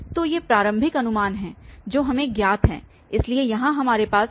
तो ये प्रारंभिक अनुमान हैं जो हमें ज्ञात हैं इसलिए यहां हमारे पास 1481 2 है